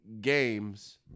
games